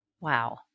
Wow